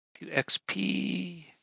XP